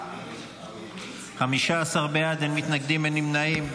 15 בעד, אין מתנגדים, אין נמנעים.